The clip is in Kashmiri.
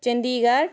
چنٛدی گڑھ